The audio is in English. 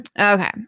okay